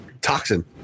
toxin